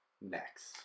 next